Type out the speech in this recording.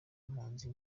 impunzi